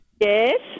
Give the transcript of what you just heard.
Yes